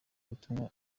ubutumwa